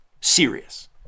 serious